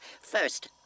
First